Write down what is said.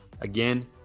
Again